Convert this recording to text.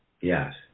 Yes